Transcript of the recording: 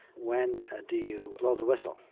when ah do you blow the whistle?